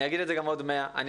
אני אגיד את זה עוד מאה פעמים.